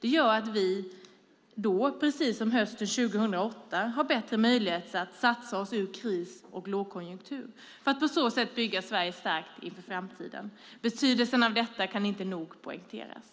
Det gör att vi då, precis som hösten 2008, har möjlighet att satsa oss ur kris och lågkonjunktur för att på så sätt bygga Sverige starkt för framtiden. Betydelsen av detta kan inte nog poängteras.